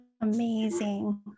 Amazing